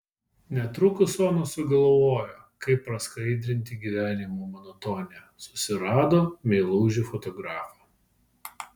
netrukus ona sugalvojo kaip praskaidrinti gyvenimo monotoniją susirado meilužį fotografą